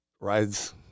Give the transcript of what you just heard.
Rides